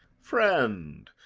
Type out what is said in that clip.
friend,